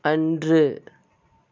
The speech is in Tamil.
அன்று